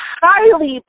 highly